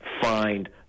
find